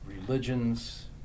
Religions